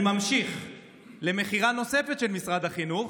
אני ממשיך למכירה נוספת של משרד החינוך,